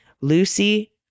Lucy